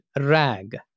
RAG